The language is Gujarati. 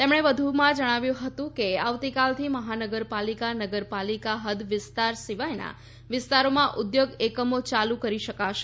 તેમણે વધુમાં જણાવ્યું હતું કે આવતીકાલથી મહાનગરપાલિકા નગરપાલિકા હદ વિસ્તાર સિવાયના વિસ્તારોમાં ઉદ્યોગ એકમો યાલુ કરી શકાશે